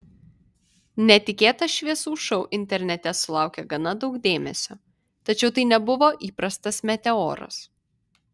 netikėtas šviesų šou internete sulaukė gana daug dėmesio tačiau tai nebuvo įprastas meteoras